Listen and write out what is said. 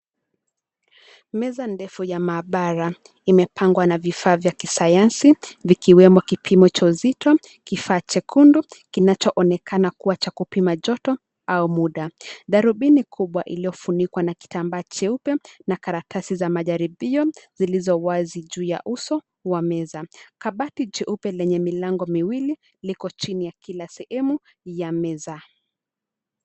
Meza ndefu ya maabara imepangwa na vifaa vya kisayansi vikiwemo kipimo cha uzito, kifaa chekundu kinachoonekana kuwa cha kupima joto au muda. Darubini kubwa iliyofanikiwa na kitambaa cheupe na karatasi za jaribio zilizo wazi juu ya uso wa meza. Kabati jeupe lenye milango miwili liko chini ya kila sehemu ya meza.